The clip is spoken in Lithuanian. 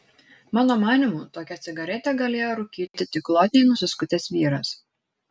mano manymu tokią cigaretę galėjo rūkyti tik glotniai nusiskutęs vyras